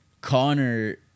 Connor